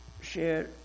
share